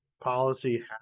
policy